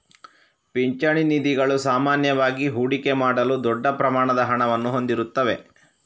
ಪಿಂಚಣಿ ನಿಧಿಗಳು ಸಾಮಾನ್ಯವಾಗಿ ಹೂಡಿಕೆ ಮಾಡಲು ದೊಡ್ಡ ಪ್ರಮಾಣದ ಹಣವನ್ನು ಹೊಂದಿರುತ್ತವೆ